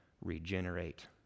regenerate